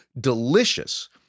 delicious